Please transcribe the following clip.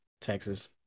Texas